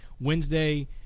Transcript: Wednesday